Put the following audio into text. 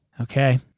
Okay